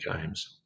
games